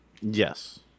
Yes